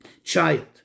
Child